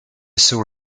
saw